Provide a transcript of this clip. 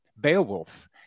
beowulf